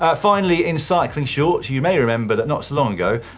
ah finally in cycling shorts, you may remember that not so long ago,